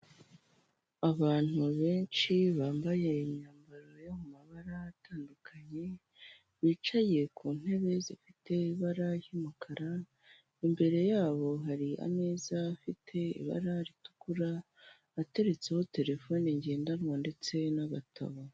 Abantu benshi bambaye imyambaro yo mu mabara atandukanye bicaye ku ntebe zifite ibara ry'umukara imbere yabo hari ameza afite ibara ritukura ateretseho telefone ngendanwa ndetse n'agatabo.